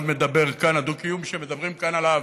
הדו-קיום שמדברים כאן עליו,